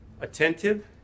attentive